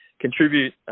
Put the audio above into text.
contribute